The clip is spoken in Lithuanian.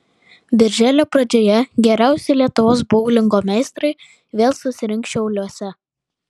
birželio pradžioje geriausi lietuvos boulingo meistrai vėl susirinks šiauliuose